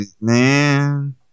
Man